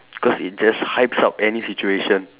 cause it just hypes up any situation